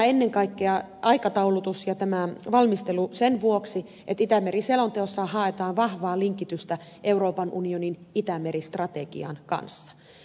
ennen kaikkea tämä aikataulutus ja valmistelu on sen vuoksi että itämeri selonteossa haetaan vahvaa linkitystä euroopan unionin itämeri strategian kanssa